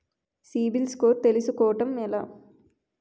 CIBIL score తెల్సుకోటం ఎలా?